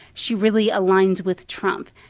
she really aligns with trump.